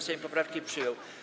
Sejm poprawki przyjął.